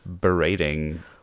berating